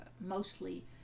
mostly